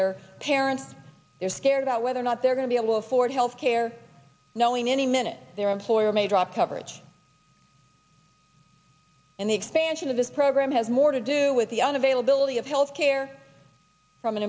their parents they're scared about whether or not they're going to be able afford health care knowing any minute their employer may drop coverage and the expansion of this program has more to do with the on availability of health care from an